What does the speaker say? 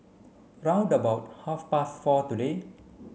round about half past four today